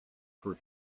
for